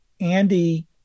Andy